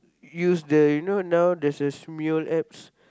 use the you know now there's a Smule apps